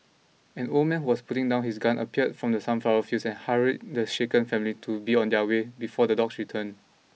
an old man who was putting down his gun appeared from the sunflower fields and hurried the shaken family to be on their way before the dogs return